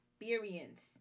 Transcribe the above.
experience